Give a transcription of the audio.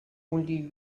only